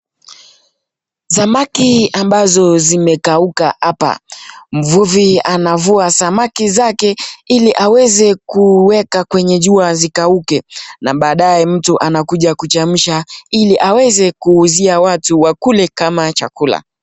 Samaki ambazo zimekauka hapa. Mvuvi anavua samaki zake ili aweze kuweka kwenye jua zikauke, na baadaye mtu anakuja kuchemsha ili aweze kuuzia watu wakule kama chakula.